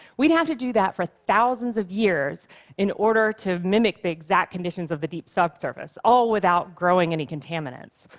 we'd have to do that for thousands of years in order to mimic the exact conditions of the deep subsurface, all without growing any contaminants.